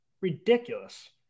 Ridiculous